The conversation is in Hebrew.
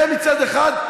זה מצד אחד.